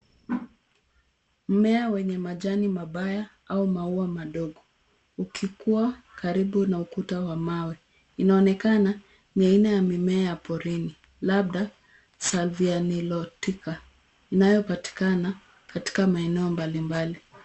Mmea wenye majani mabaya au maua madogo ukikua karibu na ukuta wa mawe. Inaonekana ni aina ya mimea ya porini, labda salvia nilotica inayopatikana katika maeneo mbalimbali.